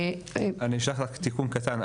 אני אשלח תיקון קטן.